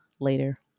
later